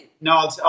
No